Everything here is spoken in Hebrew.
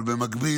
אבל במקביל,